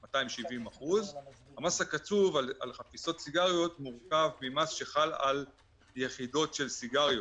270%. המס הקצוב על חפיסות סיגריות מורכב ממס שחל על יחידות של סיגריות,